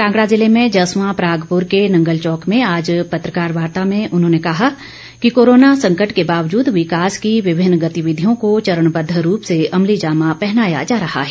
कांगड़ा जिले मे जसवां परागपुर के नंगल चौक में आज पत्रकार वार्ता में उन्होंने कहा कि कोरोना संकट के बावजूद विकास की विभिन्न गॅतिविधियों को चरणबद्व रूप से अमलीजामा पहनाया जा रहा है